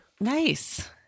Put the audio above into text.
Nice